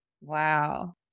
Wow